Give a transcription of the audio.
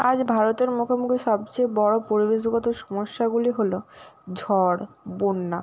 আজ ভারতের মুখামুখি সবচেয়ে বড়ো পরিবেশগত সমস্যাগুলি হলো ঝড় বন্যা